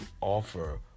offer